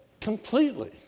completely